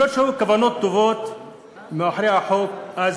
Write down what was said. אף שהיו כוונות טובות מאחורי החוק אז,